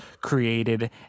created